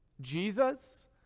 Jesus